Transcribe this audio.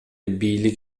бийлик